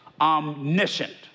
Omniscient